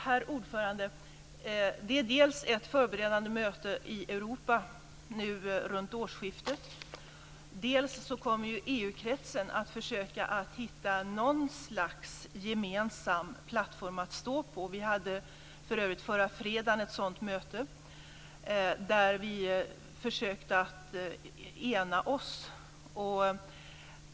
Herr talman! Det är dels ett förberedande möte i Europa runt årsskiftet, dels kommer EU-kretsen att försöka att hitta något slags gemensam plattform att stå på. Vi hade för övrigt förra fredagen ett sådant möte, där vi försökte att ena oss.